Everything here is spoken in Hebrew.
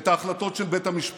את ההחלטות של בית המשפט.